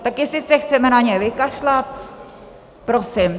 Tak jestli se chceme na ně vykašlat, prosím.